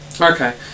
Okay